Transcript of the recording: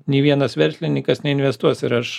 nei vienas verslininkas neinvestuos ir aš